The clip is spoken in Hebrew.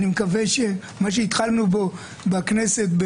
אני מקווה שמה שהתחלנו בו בכנסת,